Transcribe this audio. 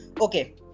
Okay